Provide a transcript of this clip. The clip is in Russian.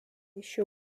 еще